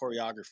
choreography